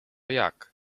jak